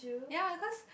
ya cause